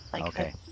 Okay